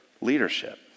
leadership